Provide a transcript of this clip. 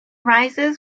rises